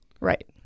right